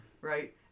right